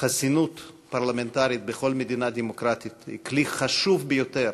חסינות פרלמנטרית בכל מדינה דמוקרטית היא כלי חשוב ביותר